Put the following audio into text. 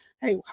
Hey